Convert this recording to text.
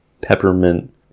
peppermint